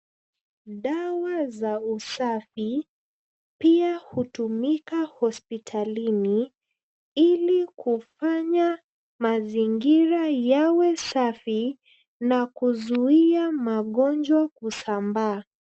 Dawa za usafi, pia hutumika hospitalini ili kufanya mazingira yawe safi na kuzuia magonjwa kusambaa.